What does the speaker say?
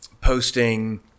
posting